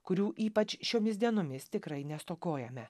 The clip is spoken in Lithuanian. kurių ypač šiomis dienomis tikrai nestokojame